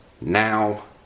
Now